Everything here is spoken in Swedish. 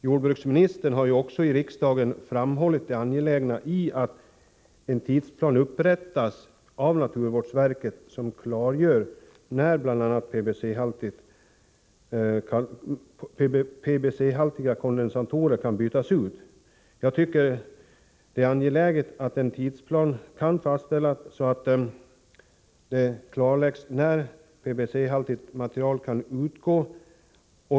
Jordbruksministern har också i riksdagen framhållit det angelägna i att naturvårdsverket upprättar en tidsplan som klargör när bl.a. PCB-haltiga kondensatorer kan bytas ut. Jag tycker att det är viktigt att en tidsplan fastställs, så att det klarläggs när PCB-haltigt material kan utgå.